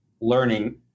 learning